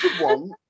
one